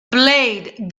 blade